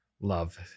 love